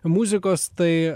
muzikos tai